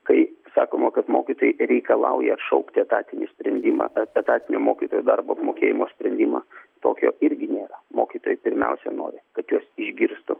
kai sakoma kad mokytojai reikalauja atšaukti etatinį sprendimą etatinio mokytojų darbo apmokėjimo sprendimą tokio irgi nėra mokytojai pirmiausia nori kad juos išgirstų